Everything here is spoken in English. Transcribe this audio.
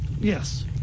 yes